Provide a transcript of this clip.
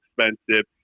expensive